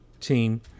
team